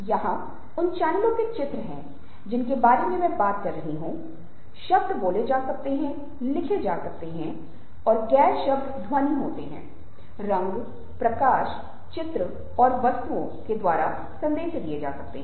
यहां उन चैनलों के चित्र हैं जिनके बारे में मैं बात कर रहा था शब्द बोले जा सकते थे लिखे जा सकते थे गैर शब्द ध्वनि होती है रंग प्रकाश चित्र और वस्तुएं के द्वारा संदेस दिया जाता है